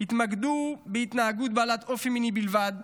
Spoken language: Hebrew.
התמקדו בהתנהגות בעלת אופי מיני בלבד,